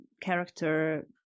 character